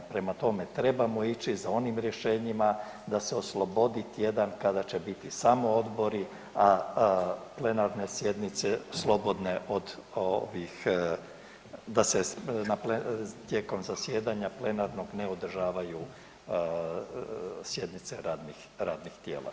Prema tome, trebamo ići za onim rješenjima da se oslobodi tjedan kada će biti samo odbori, a plenarne sjednice slobodne od ovih, da se tijekom zasjedanja plenarnog ne održavaju sjednice radnih tijela.